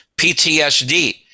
PTSD